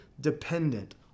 dependent